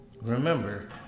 Remember